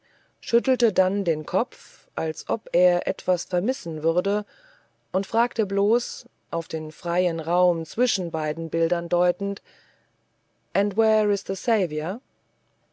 schüttelte dann den kopf als ob er etwas vermissen würde und fragte bloß auf den freien raum zwischen beiden bildern deutend